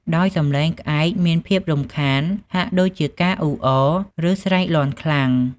ដោយសំឡេងក្អែកមានភាពរំខាន ហាក់ដូចជាការអ៊ូរអរ ឬស្រែកលាន់ខ្លាំង។